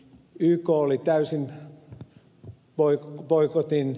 yk oli täysin boikotin takana